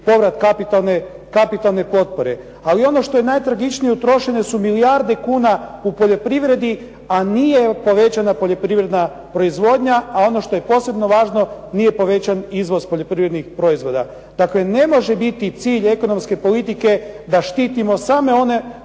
povrat kapitalne potpore. Ali ono što je najtragičnije, utrošene su milijarde kuna u poljoprivredi, a nije povećana poljoprivredna proizvodnja, a ono što je posebno važno nije povećan izvoz poljoprivrednih proizvoda. Dakle, ne može biti cilj ekonomske politike da štitimo samo one